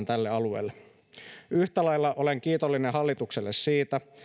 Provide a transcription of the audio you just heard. tälle alueelle hankitaan turvalaitteet yhtä lailla olen kiitollinen hallitukselle siitä